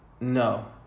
No